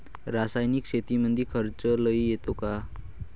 रासायनिक शेतीमंदी खर्च लई येतो का?